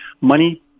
Money